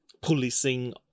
policing